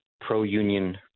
pro-union